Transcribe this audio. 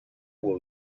will